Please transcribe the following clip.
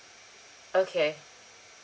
okay